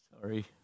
Sorry